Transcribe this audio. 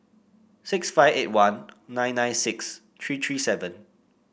six five eight one nine nine six three three seven